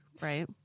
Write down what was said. right